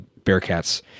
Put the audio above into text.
Bearcats